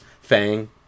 Fang